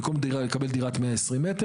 במקום זה יקבל דירת 120 מ"ר,